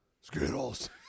Skittles